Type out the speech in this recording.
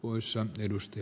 uissa edusti